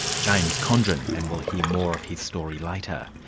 james condren, and we'll hear more of his story later.